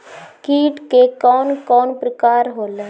कीट के कवन कवन प्रकार होला?